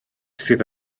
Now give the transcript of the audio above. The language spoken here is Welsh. sydd